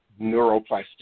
neuroplasticity